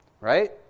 Right